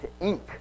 ink